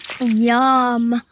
Yum